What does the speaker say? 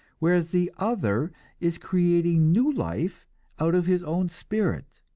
whereas the other is creating new life out of his own spirit.